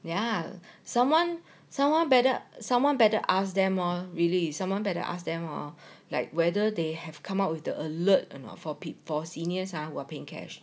ya someone someone better someone better ask them oh really someone better ask them or like whether they have come up with the alert and or not for seniors ah who are paying cash